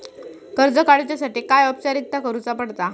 कर्ज काडुच्यासाठी काय औपचारिकता करुचा पडता?